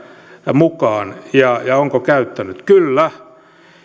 mukaan ja ja onko käyttänyt kyllä